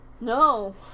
No